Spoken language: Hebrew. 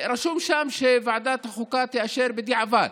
רשום שם שוועדת החוקה תאשר בדיעבד.